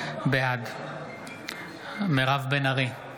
בעד מירב בן ארי,